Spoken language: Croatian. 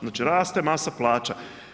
Znači, raste masa plaća.